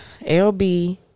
LB